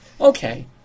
Okay